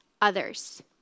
others